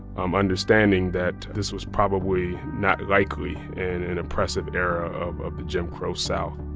um understanding that this was probably not likely in an oppressive era of the jim crow south